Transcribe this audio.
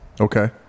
Okay